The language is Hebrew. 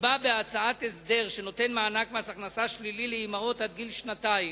נקבע בהצעת החוק הסדר שנותן מענק מס הכנסה שלילי לאמהות עד גיל שנתיים,